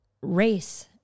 race